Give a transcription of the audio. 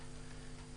לכם בצורה חד-משמעית.